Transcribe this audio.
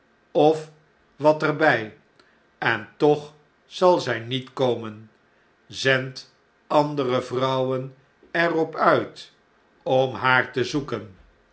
ofwat er by en toch zal zy niet komen zend andere vrouwen er op uit om haar te zoeken